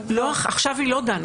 עכשיו היא לא דנה.